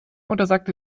untersagte